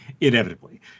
inevitably